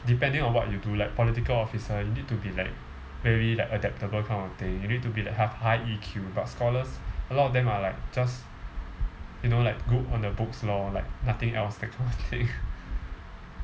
depending on what you do like political officer you need to be like very like adaptable kind of thing you need to be like have high E_Q but scholars a lot of them are like just you know like good on the books lor like nothing else that kind of thing